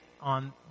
on